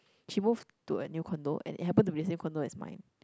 she moved to a new condo and it happen to be the same condo as mine